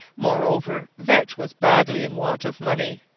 moreover, vetch was badly in want of money.